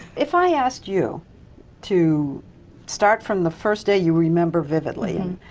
if i ask you to start from the first day you remember vividly,